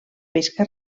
pesca